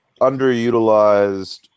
underutilized